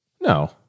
No